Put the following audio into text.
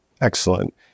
Excellent